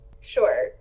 Sure